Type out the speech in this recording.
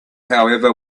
however